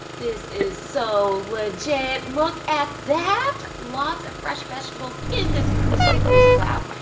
this is so legit. look at that. lots of fresh vegetables in this cruciferous wrap.